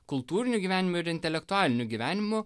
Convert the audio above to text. kultūriniu gyvenimu ir intelektualiniu gyvenimu